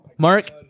Mark